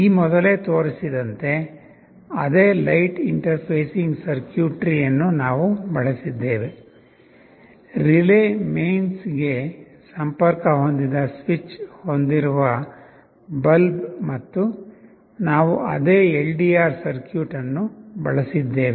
ಈ ಮೊದಲೇ ತೋರಿಸಿದಂತೆ ಅದೇ ಲೈಟ್ ಇಂಟರ್ಫೇಸಿಂಗ್ ಸರ್ಕ್ಯೂಟ್ರಿಯನ್ನು ನಾವು ಬಳಸಿದ್ದೇವೆ ರಿಲೇ ಮೈನ್ಸ್ ಗೆ ಸಂಪರ್ಕ ಹೊಂದಿದ ಸ್ವಿಚ್ ಹೊಂದಿರುವ ಬಲ್ಬ್ ಮತ್ತು ನಾವು ಅದೇ ಎಲ್ಡಿಆರ್ ಸರ್ಕ್ಯೂಟ್ ಅನ್ನು ಬಳಸಿದ್ದೇವೆ